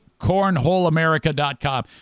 cornholeamerica.com